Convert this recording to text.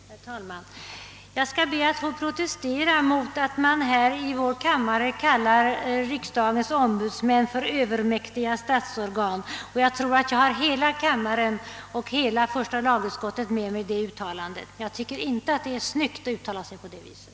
Herr talman! Jag skall be att få protestera mot att man här i vår kammare kallar riksdagens ombudsmän för övermäktiga statsorgan, och jag tror att jag har hela kammaren och hela första lagutskottet med mig i den protesten. Jag tycker inte att det är snyggt att uttala sig på det viset.